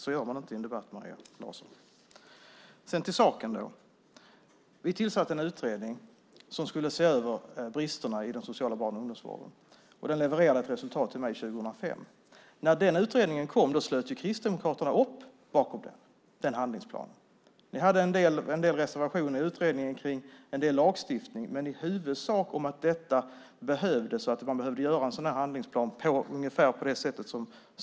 Så gör man inte i en debatt, Maria Larsson. Vi tillsatte en utredning som skulle se över bristerna i den sociala barn och ungdomsvården. Den levererade ett resultat till mig 2005. När utredningen kom slöt Kristdemokraterna upp bakom handlingsplanen. Ni hade en del reservationer i utredningen om viss lagstiftning, men i huvudsak slöt ni upp bakom att en handlingsplan behövdes.